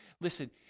Listen